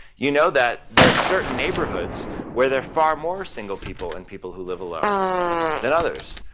you know that there's certain neighborhoods where there far more single people and people who live alone than others.